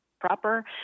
proper